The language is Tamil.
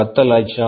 10 லட்சம்